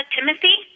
Timothy